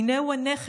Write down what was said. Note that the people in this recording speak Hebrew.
/ הינה הוא הנכד,